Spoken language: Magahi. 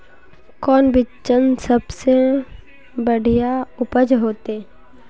कौन बिचन सबसे बढ़िया उपज होते?